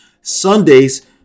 Sundays